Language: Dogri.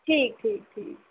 ठीक ठीक ठीक